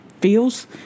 feels